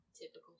Typical